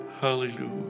Hallelujah